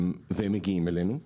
והם מגיעים אלינו.